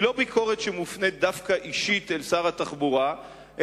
אינה ביקורת שמופנית דווקא אישית אל שר התחבורה,